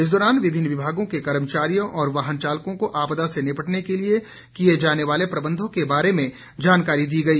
इस दौरान विभिन्न विमागों के कर्मचारियों और वाहन चालकों को आपदा से निपटने के लिए किए जाने वाले प्रबंधों के बारे में जानकारी दी गई